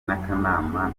n’akanama